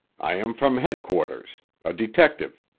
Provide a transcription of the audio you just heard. i am from headquarters a detective.